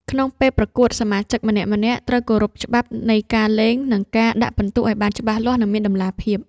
ក្នុងពេលប្រកួត សមាជិកម្នាក់ៗត្រូវគោរពច្បាប់នៃការលេង និងការដាក់ពិន្ទុឱ្យបានច្បាស់លាស់ និងមានតម្លាភាព។